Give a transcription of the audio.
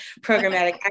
programmatic